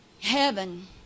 heaven